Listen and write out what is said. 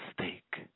mistake